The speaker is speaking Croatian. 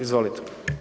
Izvolite.